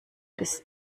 bis